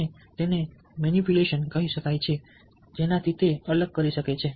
અને તેને મેનીપ્યુલેશન કહી શકાય તેનાથી અલગ કરી શકે છે